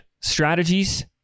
strategies